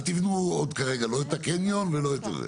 אל תבנו כרגע לא את הקניון ולא זה.